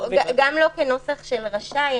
גם לא כנוסח של רשאי.